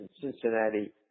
Cincinnati